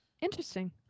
Interesting